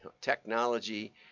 technology